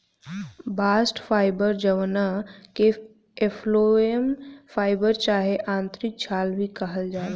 bast fibre जवना के phloem fibre चाहे आंतरिक छाल भी कहल जाला